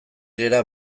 gera